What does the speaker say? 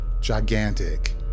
gigantic